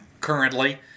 currently